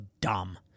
dumb